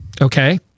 Okay